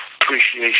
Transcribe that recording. appreciation